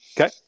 Okay